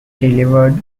delivered